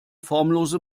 formlose